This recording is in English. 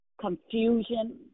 confusion